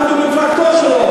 ואתם עוד שותפים לזה.